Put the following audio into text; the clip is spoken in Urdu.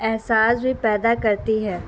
احساس بھی پیدا کرتی ہے